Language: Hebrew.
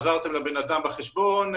עזרתם לבן אדם בחשבון,